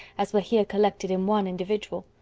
as was here collected in one individual.